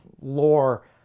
lore